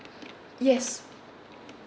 yes